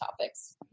topics